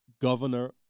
Governor